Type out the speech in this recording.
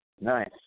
Nice